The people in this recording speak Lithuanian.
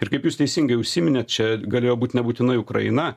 ir kaip jūs teisingai užsiminėt čia galėjo būt nebūtinai ukraina